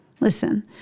Listen